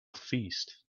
feast